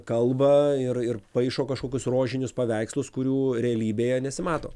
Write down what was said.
kalba ir ir paišo kažkokius rožinius paveikslus kurių realybėje nesimato